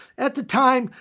at the time,